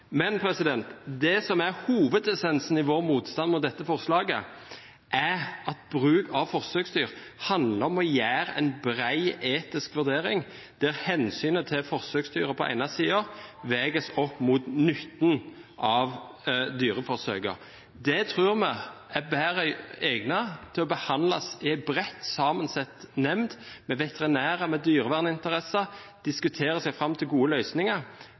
Men det som er essensen i vår motstand mot dette forslaget, er at bruk av forsøksdyr handler om å gjøre en bred, etisk vurdering der hensynet til forsøksdyrene på den ene siden veies opp mot nytten av dyreforsøkene. Det tror vi er bedre egnet til å behandles i en bredt sammensatt nemnd bestående av veterinærer og dyreverninteresser som kan diskutere seg fram til gode løsninger,